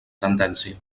tendència